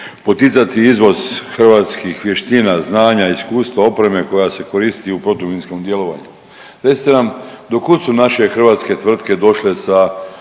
poticati izvoz hrvatskih vještina, znanja, iskustva, opreme koja se koristi u protuminskom djelovanju. Recite nam do kud su naše hrvatske tvrtke došle sa